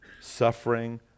suffering